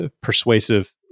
persuasive